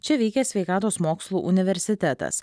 čia veikia sveikatos mokslų universitetas